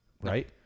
right